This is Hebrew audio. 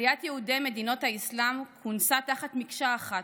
עליית יהודי מדינות האסלאם כונסה תחת מקשה אחת,